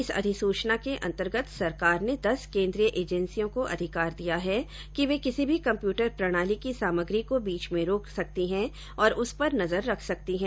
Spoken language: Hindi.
इस अधिसूचना के अंतर्गत सरकार ने दस केन्द्रीय एजेंसियों को अधिकार दिया है कि वे किसी भी कम्पयूटर प्रणाली की सामग्री को बीच में रोक सकती हैं और उस पर नजर रख सकती हैं